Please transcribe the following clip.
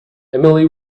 emily